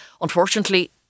unfortunately